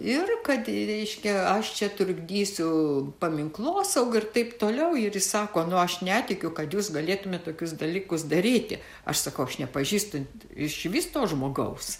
ir kad reiškia aš čia trukdysiu paminklosaugą ir taip toliau ir jis sako nu aš netikiu kad jūs galėtumėt tokius dalykus daryti aš sakau aš nepažįstu išvis to žmogaus